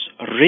rich